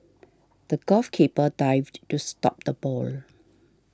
the golf keeper dived to stop the ball